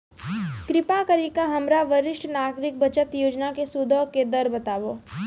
कृपा करि के हमरा वरिष्ठ नागरिक बचत योजना के सूदो के दर बताबो